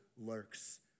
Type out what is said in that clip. lurks